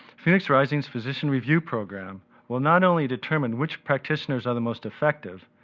phoenix rising's physician review program will not only determine which practitioners are the most effective,